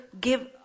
give